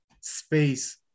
space